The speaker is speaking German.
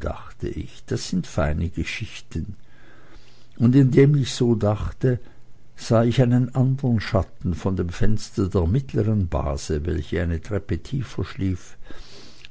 dachte ich das sind feine geschichten und indem ich so dachte sah ich einen andern schatten von dem fenster der mittleren base welche eine treppe tiefer schlief